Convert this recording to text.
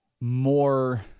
more